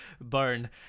burn